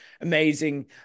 amazing